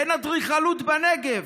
ואין אדריכלות בנגב.